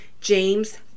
James